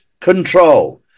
control